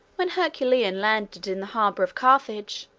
when heraclian landed in the harbor of carthage,